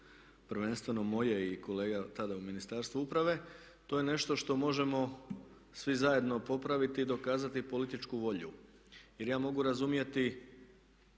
prvenstveno moje i kolega tada u ministarstvu uprave. To je nešto što možemo svi zajedno popraviti i dokazati političku volju. Jer ja mogu razumjeti